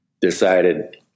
decided